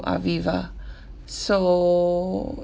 aviva so